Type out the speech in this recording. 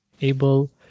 able